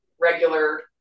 regular